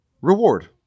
reward